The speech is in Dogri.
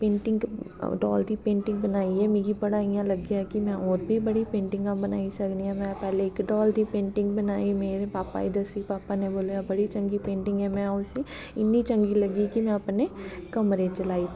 पेंटिंग डॉल दी पेंटिंग बनाइयै मिगी बड़ा इ'यां लग्गेआ कि में होर बी पेंटिंगा बनाई सकनी आं में पैह्लें इक डॉल दी पेंटिंग बनाई ते एह् बी भापा ई दस्सी भापा ने बोलेआ बड़ी चंगी पेंटिंग ऐ में उसी इ'न्नी चंगी लग्गी कि में अपने कमरे च लाई